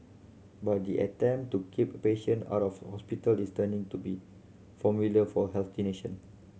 but the attempt to keep patient out of hospital is turning to be formula for a healthy nation